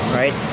right